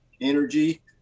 energy